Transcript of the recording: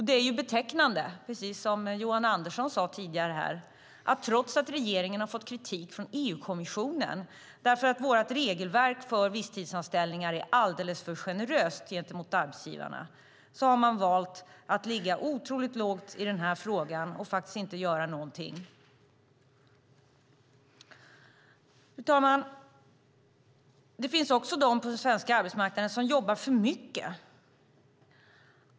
Det är betecknande, precis som Johan Andersson sade tidigare här, att regeringen trots att man har fått kritik från EU-kommissionen därför att vårt regelverk för visstidsanställningar är alldeles för generöst gentemot arbetsgivarna har valt att ligga otroligt lågt i frågan och att inte göra någonting. Fru talman! Det finns också de på den svenska arbetsmarknaden som jobbar för mycket.